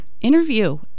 interview